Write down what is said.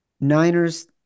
Niners